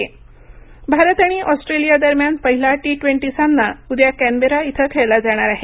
cricket Bharat आणि Australia दरम्यान पहिला टी ट्वेंटी सामना उद्या कॅनबेरा इथ खेळला जाणार आहे